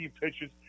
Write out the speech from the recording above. pitches